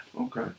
Okay